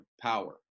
power